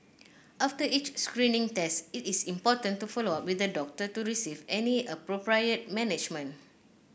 after each screening test it is important to follow up with the doctor to receive any appropriate management